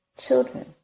children